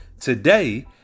Today